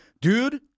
Dude